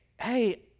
hey